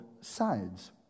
sides